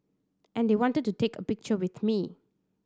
and they wanted to take a picture with me